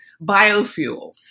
biofuels